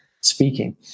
speaking